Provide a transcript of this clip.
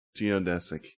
geodesic